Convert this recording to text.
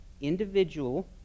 individual